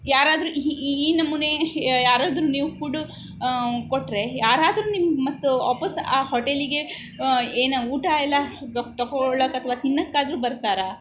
ಯಾರಾದರು ಹೀ ಈ ನಮೂನೆ ಯಾರಾದರು ನೀವು ಫುಡು ಕೊಟ್ಟರೆ ಯಾರಾದರು ನಿಮ್ಮ ಮತ್ತು ವಾಪಸ್ಸು ಆ ಹೋಟೆಲಿಗೆ ಏನು ಊಟ ಎಲ್ಲ ಗಪ್ ತೊಗೋಳಕ್ ಅಥವಾ ತಿನ್ನೋಕ್ಕಾದ್ರು ಬರ್ತಾರೆ